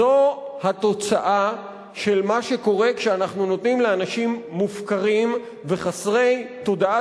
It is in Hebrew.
זו התוצאה של מה שקורה כשאנחנו נותנים לאנשים מופקרים וחסרי תודעה